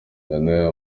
janelle